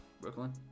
Brooklyn